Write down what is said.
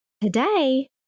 today